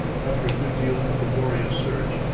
after a good deal of laborious search,